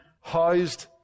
housed